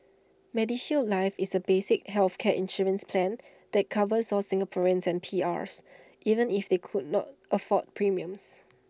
medishield life is A basic healthcare insurance plan that covers all Singaporeans and PRs even if they could not afford premiums